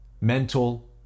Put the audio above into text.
mental